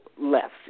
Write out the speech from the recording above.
left